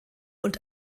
und